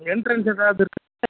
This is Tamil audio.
என்ட்ரன்ஸ் ஏதாவது